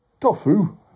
Tofu